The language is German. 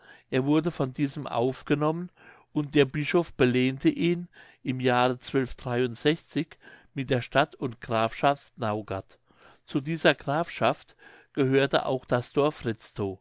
er wurde von diesem aufgenommen und der bischof belehnte ihn im jahre mit der stadt und grafschaft naugard zu dieser grafschaft gehörte auch das dorf